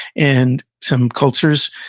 and some cultures,